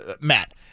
Matt